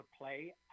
play